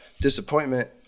Disappointment